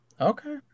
Okay